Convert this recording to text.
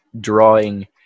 drawing